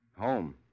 Home